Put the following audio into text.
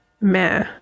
meh